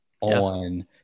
on